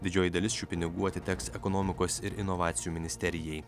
didžioji dalis šių pinigų atiteks ekonomikos ir inovacijų ministerijai